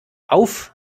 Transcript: auf